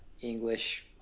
English